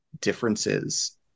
differences